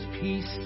peace